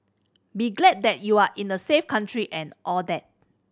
be glad that you are in a safe country and all that